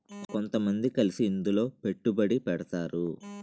కొంతమంది కలిసి ఇందులో పెట్టుబడి పెడతారు